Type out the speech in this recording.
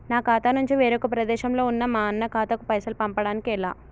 నా ఖాతా నుంచి వేరొక ప్రదేశంలో ఉన్న మా అన్న ఖాతాకు పైసలు పంపడానికి ఎలా?